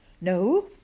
No